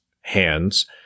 hands